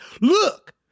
look